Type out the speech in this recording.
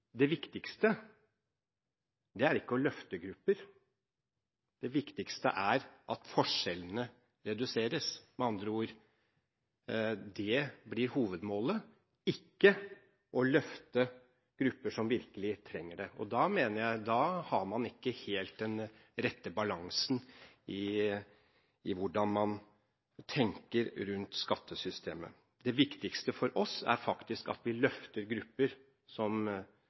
det viktigste er ikke å løfte grupper, det viktigste er at forskjellene reduseres. Med andre ord, det blir hovedmålet, ikke å løfte grupper som virkelig trenger det. Da har man – mener jeg – ikke den helt rette balansen i hvordan man tenker rundt skattesystemet. Det viktigste for oss er faktisk at vi løfter grupper som